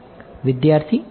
વિદ્યાર્થી 4